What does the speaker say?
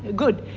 good.